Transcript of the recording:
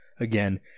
Again